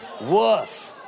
woof